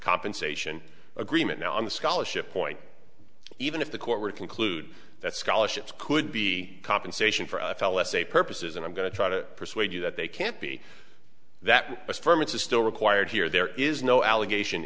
compensation agreement now on the scholarship point even if the court were to conclude that scholarships could be compensation for f l s a purposes and i'm going to try to persuade you that they can't be that affirmative still required here there is no allegation